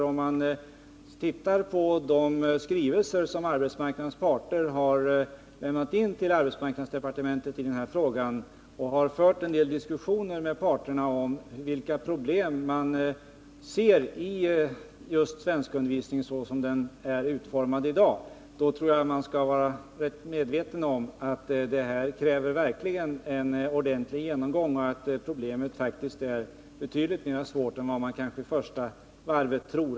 Om man studerat de skrivelser som arbetsmarknadens parter har lämnat in till arbetsmarknadsdepartementet i denna fråga och har fört en diskussion med dessa parter om vilka problem de ser i svenskundervisningen, såsom den är utformad i dag, tror jag att man blir rätt medveten om att det verkligen krävs en ordentlig genomgång av frågan och att den faktiskt kanske är betydligt svårare än vad man i första omgången tror.